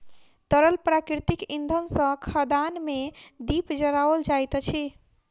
तरल प्राकृतिक इंधन सॅ खदान मे दीप जराओल जाइत अछि